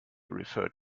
referred